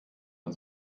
man